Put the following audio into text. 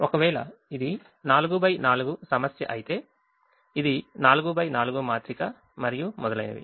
ఒకవేళ ఇది 4 x 4 సమస్య అయితే ఇది 4 x 4 మాత్రిక మరియు మొదలైనవి